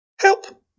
Help